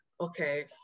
okay